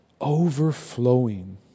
overflowing